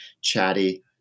chatty